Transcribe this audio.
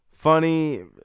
Funny